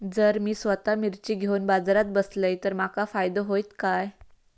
जर मी स्वतः मिर्ची घेवून बाजारात बसलय तर माका फायदो होयत काय?